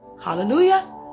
Hallelujah